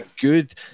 good